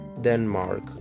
Denmark